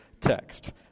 text